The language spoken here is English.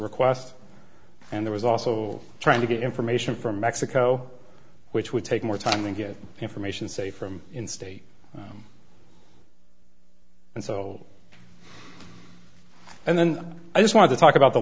request and there was also trying to get information from mexico which would take more time and get information say from instate and so and then i just want to talk about the